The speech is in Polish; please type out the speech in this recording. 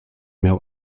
miał